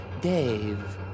Dave